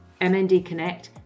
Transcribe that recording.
mndconnect